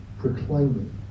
proclaiming